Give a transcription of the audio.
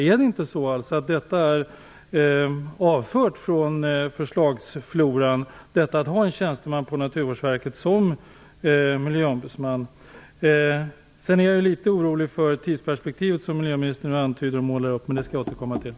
Är inte förslaget om att en tjänsteman på Naturvårdsverket skall fungera som miljöombudsman avfört från dagordningen? Jag är också litet orolig över det tidsperspektiv som miljöministern nu målar upp, men det skall jag återkomma till.